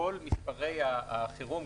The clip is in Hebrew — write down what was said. כל מספרי החירום,